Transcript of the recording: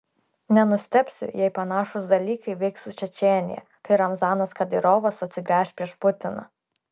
nenustebsiu jei panašūs dalykai vyks su čečėnija kai ramzanas kadyrovas atsigręš prieš putiną